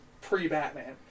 pre-Batman